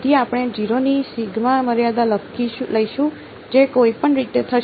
તેથી આપણે 0 ની મર્યાદા લઈશું જે કોઈપણ રીતે થશે